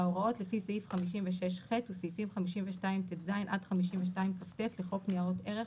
ההוראות לפי סעיף 56ח וסעיפים 52טז עד 52כט לחוק ניירות ערך,